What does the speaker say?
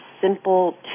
simple